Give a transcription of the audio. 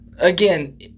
again